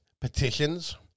petitions